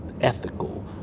ethical